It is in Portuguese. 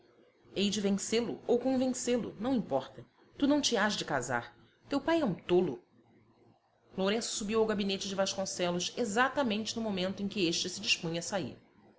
de vencê lo ou convencê-lo não importa tu não te hás de casar teu pai é um tolo lourenço subiu ao gabinete de vasconcelos exatamente no momento em que este se dispunha a sair